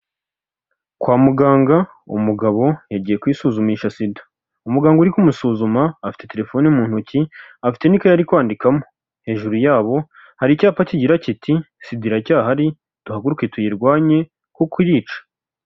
Kwa muganga, umugabo yagiye kwisuzumisha SIDA. Umuganga uri kumusuzuma afite telefone mu ntoki, afite n'ikayi ari kwandikamo. Hejuru yabo hari icyapa kigira kiti; SIDA iracyahari, duhaguruke tuyirwanye kuko irica.